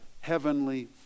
heavenly